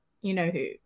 you-know-who